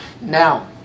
Now